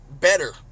better